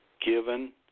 given